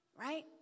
right